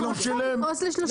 הוא יפרוס ל-30 שנה.